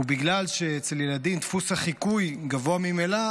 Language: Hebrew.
ובגלל שאצל ילדים דפוס החיקוי גבוה ממילא,